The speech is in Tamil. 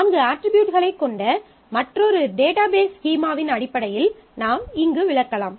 நான்கு அட்ரிபியூட்களைக் கொண்ட மற்றொரு டேட்டாபேஸ் ஸ்கீமாவின் அடிப்படையில் நாம் இங்கு விளக்கலாம்